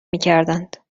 میکردند